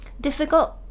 difficult